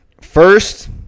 first